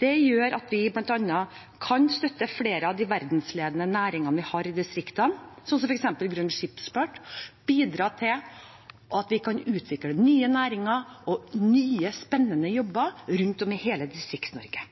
Det gjør at vi bl.a. kan støtte flere av de verdensledende næringene vi har i distriktene, som f.eks. grønn skipsfart, og bidra til å utvikle nye næringer og nye, spennende jobber rundt omkring i hele